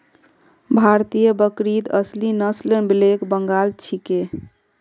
भारतीय बकरीत असली नस्ल ब्लैक बंगाल छिके